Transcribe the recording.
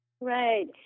Right